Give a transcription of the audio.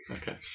Okay